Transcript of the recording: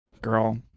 Girl